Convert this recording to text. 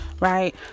right